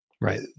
Right